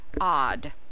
odd